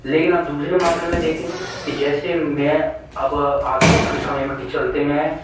लेकिन अब दूसरे मामले में देखें कि जैसे मैं अब आधुनिक समय के चलते मैं